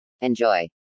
Enjoy